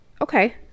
Okay